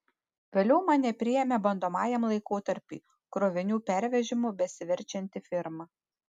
vėliau mane priėmė bandomajam laikotarpiui krovinių pervežimu besiverčianti firma